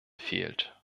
fehlt